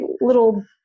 little